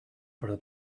però